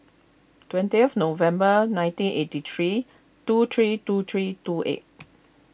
twentieth November nineteen eighty three two three two three two eight